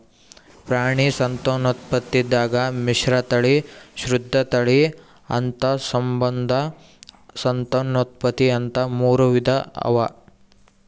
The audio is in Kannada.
ಪ್ರಾಣಿ ಸಂತಾನೋತ್ಪತ್ತಿದಾಗ್ ಮಿಶ್ರತಳಿ, ಶುದ್ಧ ತಳಿ, ಅಂತಸ್ಸಂಬಂಧ ಸಂತಾನೋತ್ಪತ್ತಿ ಅಂತಾ ಮೂರ್ ವಿಧಾ ಅವಾ